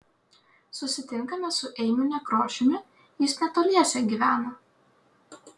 susitinkame su eimiu nekrošiumi jis netoliese gyvena